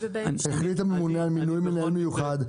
החליט הממונה על מינוי מנהל מיוחד,